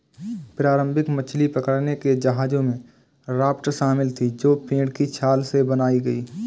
प्रारंभिक मछली पकड़ने के जहाजों में राफ्ट शामिल थीं जो पेड़ की छाल से बनाई गई